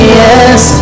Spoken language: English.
yes